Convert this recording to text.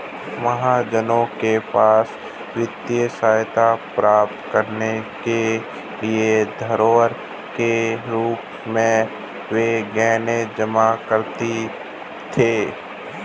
महाजनों के पास वित्तीय सहायता प्राप्त करने के लिए धरोहर के रूप में वे गहने जमा करते थे